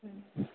ம்